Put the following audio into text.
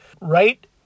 right